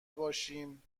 باشیم